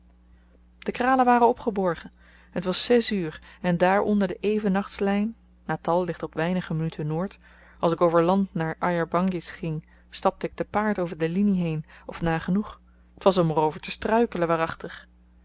de kralen waren opgeborgen het was zes uur en daar onder de evennachtslyn natal ligt op weinige minuten noord als ik over land naar ayer bangie ging stapte ik te paard over de linie heen of nagenoeg t was om er over te struikelen waarachtig